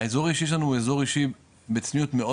האזור האישי שלנו הוא אזור אישי בצניעות מאוד